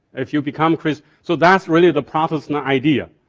if you become christian. so that's really the protestant idea.